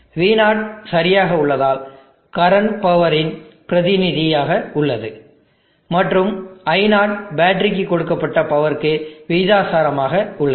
v0 சரியாக உள்ளதால் current power இன் பிரதிநிதி ஆக உள்ளது மற்றும் i0 பேட்டரி க்கு கொடுக்கப்பட்ட பவருக்கு விகிதாசாரமாக உள்ளது